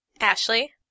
Ashley